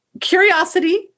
curiosity